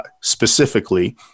specifically